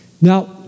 Now